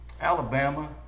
Alabama